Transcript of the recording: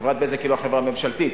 חברת "בזק" היא לא חברה ממשלתית,